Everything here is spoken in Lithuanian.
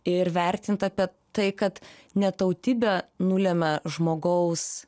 ir vertint apie tai kad ne tautybė nulemia žmogaus